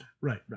Right